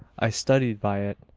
i studied by it.